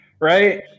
right